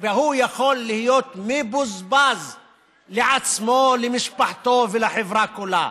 יכול להיות מבוזבז לעצמו, למשפחתו ולחברה כולה.